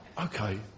okay